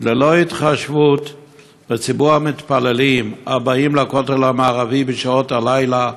ללא התחשבות בציבור המתפללים הבאים לכותל המערבי בשעות הלילה,